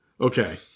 okay